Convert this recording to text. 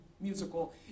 Musical